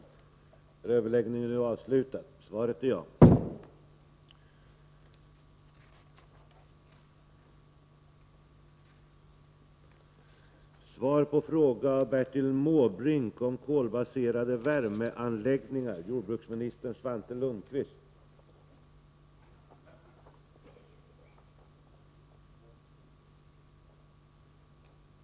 Tisdagen den